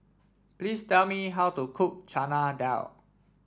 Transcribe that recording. please tell me how to cook Chana Dal